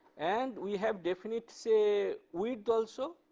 and we have definite, say width also,